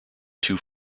two